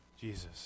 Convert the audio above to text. Jesus